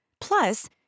Plus